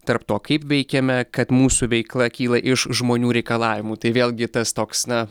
tarp to kaip veikiame kad mūsų veikla kyla iš žmonių reikalavimų tai vėlgi tas toks na